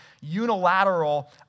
unilateral